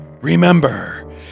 Remember